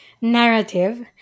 narrative